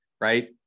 right